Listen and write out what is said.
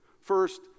First